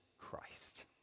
Christ